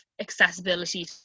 accessibility